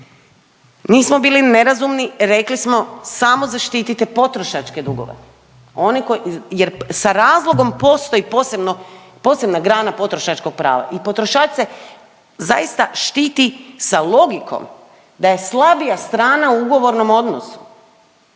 nismo bili nerazumni rekli smo samo zaštitite potrošačke dugove jer sa razlog postoji posebno, posebna grana potrošačkog prava i potrošač se zaista štiti sa logikom da je slabija strana u ugovornom odnosu